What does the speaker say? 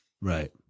Right